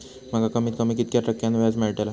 माका कमीत कमी कितक्या टक्क्यान व्याज मेलतला?